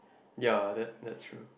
ya that that's true